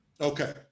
Okay